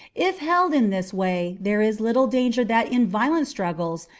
if held in this way there is little danger that in violent struggles,